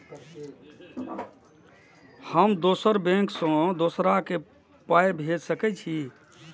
हम दोसर बैंक से दोसरा के पाय भेज सके छी?